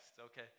okay